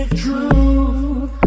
truth